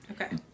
Okay